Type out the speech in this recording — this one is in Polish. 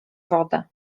wodę